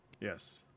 yes